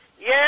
Yes